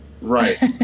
right